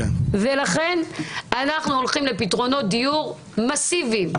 לכן אנחנו הולכים לפתרונות דיור מאסיביים.